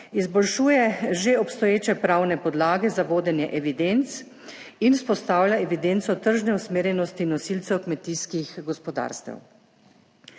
izboljšuje že obstoječe pravne podlage za vodenje evidenc in vzpostavlja evidenco tržne usmerjenosti nosilcev kmetijskih gospodarstev.